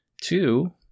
two